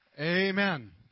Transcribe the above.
Amen